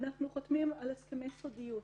אנחנו חותמים על הסכמי סודיות,